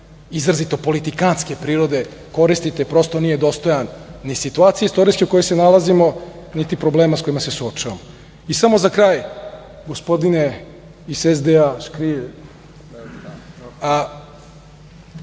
izrazito politikanske prirode koristite, prosto nije dostojan ni situaciji istorijskoj u kojoj se nalazimo niti problema sa kojim se suočavamo.I, samo za kraj gospodine iz SDA Škrijelj,